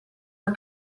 for